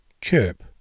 CHIRP